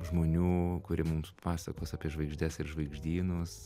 žmonių kurie mums pasakos apie žvaigždes ir žvaigždynus